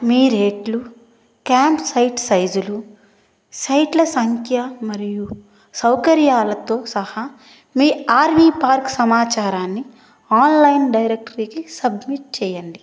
మీ రేట్లు camp site సైజులు సైట్ల సంఖ్య మరియు సౌకర్యాలతో సహా మీ ఆర్వి పార్క్ సమాచారాన్ని ఆన్లైన్ డైరెక్టరీకి సబ్మిట్ చేయండి